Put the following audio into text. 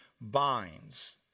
binds